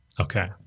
Okay